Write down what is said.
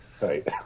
Right